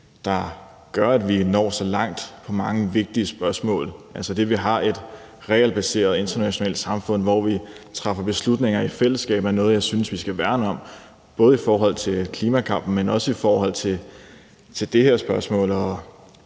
der gør, at vi når så langt i mange vigtige spørgsmål. Det, at vi har et regelbaseret internationalt samfund, hvor vi træffer beslutninger i fællesskab, er noget, jeg synes at vi skal værne om, både i forhold til klimakampen, men også i forhold til det her spørgsmål